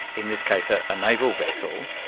in this case, a naval vessel.